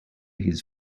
his